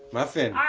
muffin.